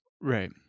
Right